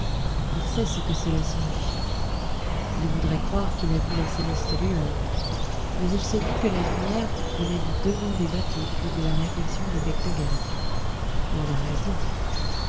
il sait ce que cela signifie il voudrait croire qu'il a vu la céleste lueur mais il se dit que la lumière venait du devant des bateaux ou de la réflexion des becs de gaz et il a raison